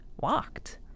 walked